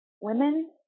women